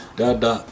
dada